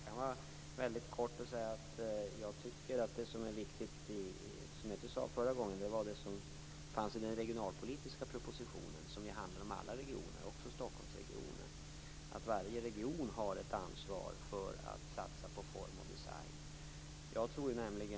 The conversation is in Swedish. Fru talman! Det viktiga är det som finns med i den regionalpolitiska propositionen - som handlar om alla regioner, också Stockholmsregionen. Det gäller att varje region har ett ansvar för att satsa på form och design.